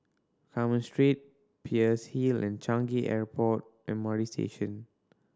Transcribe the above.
Carmen Street Peirce Hill and Changi Airport M R T Station